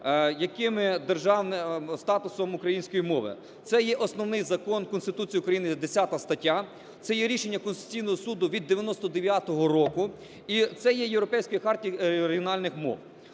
яким державним статусом української мови? Це є основний закон Конституції України, 10 стаття, це є рішення Конституційного Суду від 99 року, і це є Європейською хартією регіональних мов.